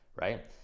right